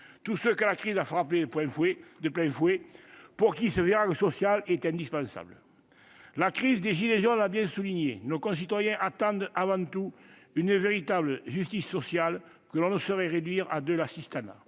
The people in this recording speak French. Tous ceux que la crise a frappés de plein fouet, pour qui ce virage social est indispensable. La crise des « gilets jaunes » l'a bien souligné : nos concitoyens attendent avant tout une véritable justice sociale, notion que l'on ne saurait réduire à de l'assistanat.